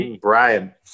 Brian